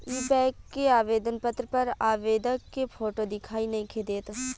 इ बैक के आवेदन पत्र पर आवेदक के फोटो दिखाई नइखे देत